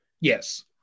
Yes